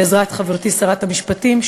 בעזרת חברתי שרת המשפטים,